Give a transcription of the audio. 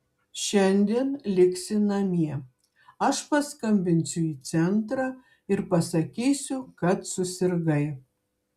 šiandien liksi namie aš paskambinsiu į centrą ir pasakysiu kad susirgai